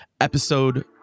episode